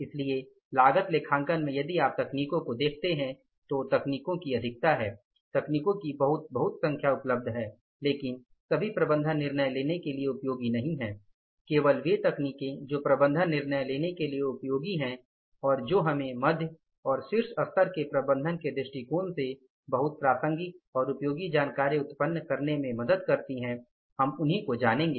इसलिए लागत लेखांकन में यदि आप तकनीकों को देखते हैं तो तकनीकों की अधिकता है तकनीकों की बहुत संख्या उपलब्ध है लेकिन सभी प्रबंधन निर्णय लेने के लिए उपयोगी नहीं हैं केवल वे तकनीकें जो प्रबंधन निर्णय लेने के लिए उपयोगी हैं और जो हमें मध्य और शीर्ष स्तर के प्रबंधन के दृष्टिकोण से बहुत प्रासंगिक और उपयोगी जानकारी उत्पन्न करने में मदद करती है हम उन्हों को जानेगे